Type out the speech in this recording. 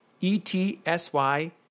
E-T-S-Y